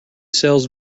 sells